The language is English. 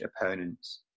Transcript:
opponents